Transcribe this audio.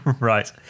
Right